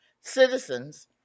Citizens